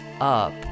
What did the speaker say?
up